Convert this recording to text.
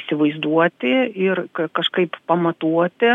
įsivaizduoti ir kažkaip pamatuoti